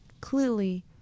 clearly